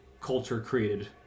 culture-created